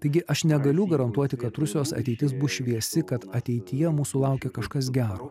taigi aš negaliu garantuoti kad rusijos ateitis bus šviesi kad ateityje mūsų laukia kažkas gero